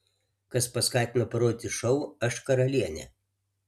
kas paskatino parodyti šou aš karalienė